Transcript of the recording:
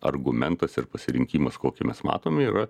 argumentas ir pasirinkimas kokį mes matom yra